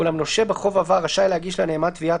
ואולם נושה בחוב עבר רשאי להגיש לנאמן תביעת